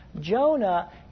Jonah